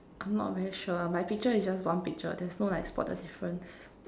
I'm not very sure my picture is just one picture there's no like spot the difference